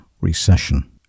recession